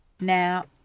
Now